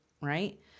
Right